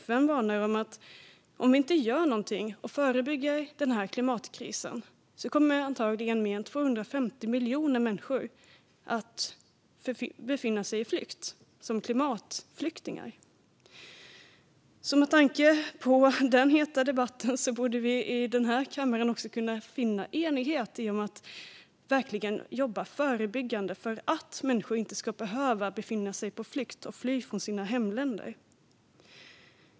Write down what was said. FN varnar för att om vi inte förebygger klimatkrisen kommer antagligen mer än 250 miljoner människor att bli klimatflyktingar. Med tanke på den heta debatten borde vi i kammaren finna enighet genom att verkligen jobba förebyggande för att människor inte ska behöva fly från sina hemländer.